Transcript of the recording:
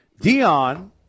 Dion